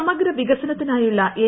സമഗ്ര വികസനത്തിനായുള്ള എൻ